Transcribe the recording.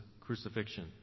crucifixion